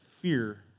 fear